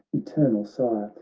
eternal sire,